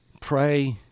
pray